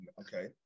okay